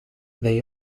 they